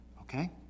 okay